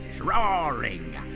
roaring